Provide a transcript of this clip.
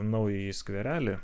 naująjį skverelį